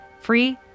Free